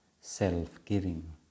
self-giving